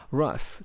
rough